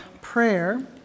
prayer